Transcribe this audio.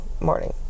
morning